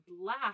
laugh